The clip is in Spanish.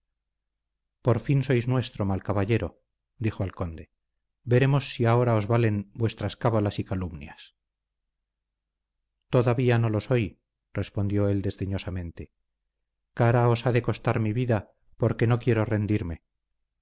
por fin sois nuestro mal caballero dijo al conde veremos si ahora os valen vuestras cábalas y calumnias todavía no lo soy respondió él desdeñosamente cara os ha de costar mi vida porque no quiero rendirme